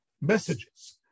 messages